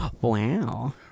wow